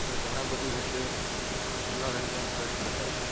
એ ઘણી બધી રીતે મનોરંજન કરી શકાય છે